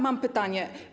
Mam pytanie.